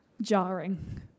jarring